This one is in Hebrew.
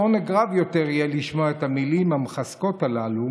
עונג רב יותר יהיה לשמוע את המילים המחזקות הללו